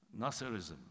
Nasserism